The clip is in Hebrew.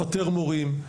לפטר מורים,